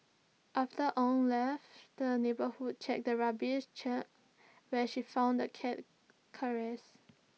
after Ow left the neighbourhood checked the rubbish chute where she found the cat's carcass